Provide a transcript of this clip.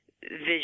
vision